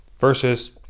Versus